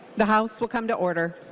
the house will come to order.